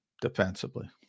defensively